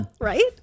Right